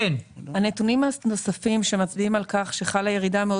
הנתונים הנוספים שמצביעים על כך שחלה ירידה מאוד